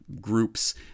groups